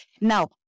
Now